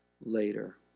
later